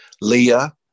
Leah